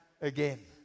again